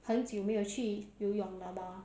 很久没有去游泳了吧